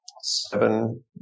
seven